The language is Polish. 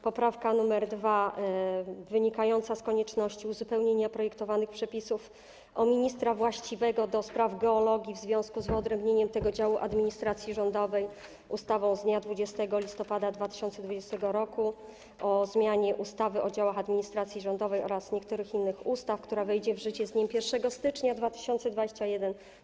Poprawka nr 2 wynika z konieczności uzupełnienia projektowanych przepisów o ministra właściwego do spraw geologii w związku z wyodrębnieniem tego działu administracji rządowej ustawą z dnia 20 listopada 2020 r. o zmianie ustawy o działach administracji rządowej oraz niektórych innych ustaw, która wejdzie w życie z dniem 1 stycznia 2021 r.